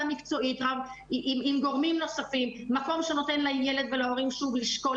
מקצועית עם גורמים נוספים מקום שנותן לילד ולהורים לשקול